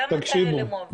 כמה כאלה מועברים?